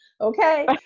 Okay